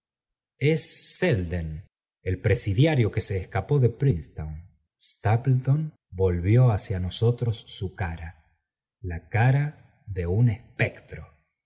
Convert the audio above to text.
selden el presidiario que se escapó de princetown s tapie ton volvió hacia nosotros su cara la cara de un espectro